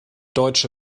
deutsche